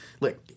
Look